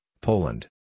Poland